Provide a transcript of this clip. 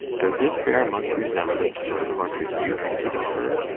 does it bear much resemblance to the portrait you painted of her?